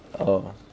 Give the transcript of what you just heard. oh